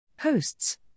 Hosts